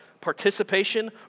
participation